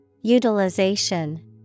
Utilization